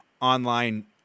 online